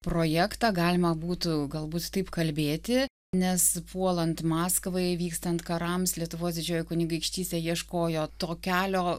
projektą galima būtų galbūt taip kalbėti nes puolant maskvai vykstant karams lietuvos didžioji kunigaikštystė ieškojo to kelio